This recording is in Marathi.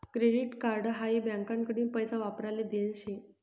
क्रेडीट कार्ड हाई बँकाकडीन पैसा वापराले देल शे